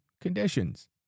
conditions